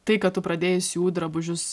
tai kad tu pradėjai siūt drabužius